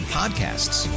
podcasts